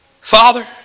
Father